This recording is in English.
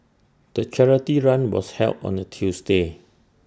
the charity run was held on A Tuesday